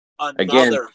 again